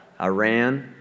Iran